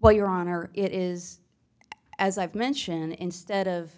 while your honor it is as i've mentioned instead of